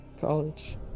college